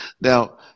Now